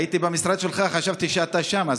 הייתי במשרד שלך, חשבתי שאתה שם.